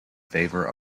favor